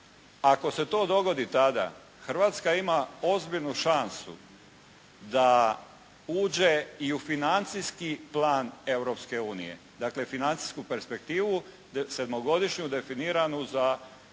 Ako se to dogodi tada Hrvatska ima ozbiljnu šansu da uđe i u financijski plan Europske unije. Dakle financijsku perspektivu, sedmogodišnju definiranu za